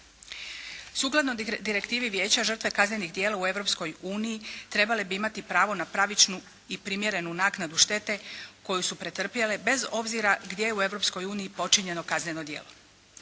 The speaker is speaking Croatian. Sukladno direktivi vijeća žrtve kaznenih djela u Europskoj uniji trebale bi imati pravo na pravičnu i primjerenu naknadu štetu koju su pretrpjele bez obzira gdje je u Europskoj uniji počinjeno kazneno djelo.